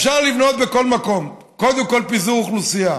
אפשר לבנות בכל מקום, קודם כול פיזור אוכלוסייה,